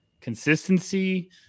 Consistency